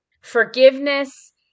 Forgiveness